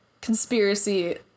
conspiracy